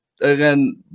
again